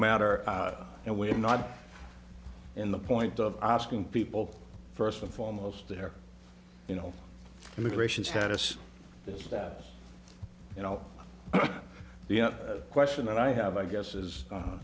matter and we're not in the point of asking people first and foremost their you know immigration status is that you know the question that i have i guess is